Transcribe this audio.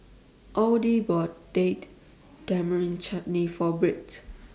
Audy bought Date Tamarind Chutney For Britt